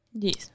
Yes